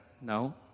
no